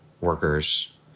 workers